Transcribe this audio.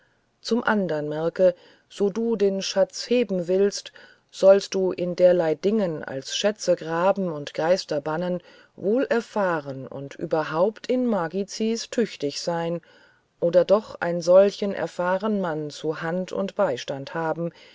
zum andern merk so du den schatz heben willst sollst du in derlei dingen als schätze graben und geister bannen wohl erfahren und überhaupt in magicis tüchtig seyn oder doch ein solchen erfahren mann zu hand und beistand haben